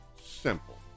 simple